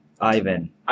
Ivan